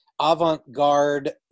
Avant-garde